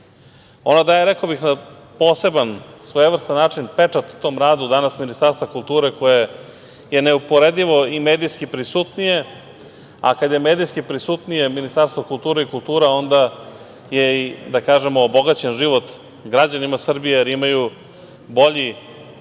Ona daje na poseban, svojevrstan način, pečat tom radu Ministarstva kulture koje je neuporedivo i medijski prisutnije, a kada je medijski prisutnije Ministarstvo kulture i kultura, onda je i obogaćen život građanima Srbije, jer imaju bolji